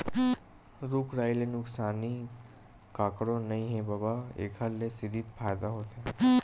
रूख राई ले नुकसानी कखरो नइ हे बबा, एखर ले सिरिफ फायदा होथे